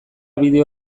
bideo